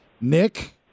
Nick